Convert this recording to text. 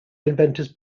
inventors